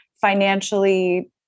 financially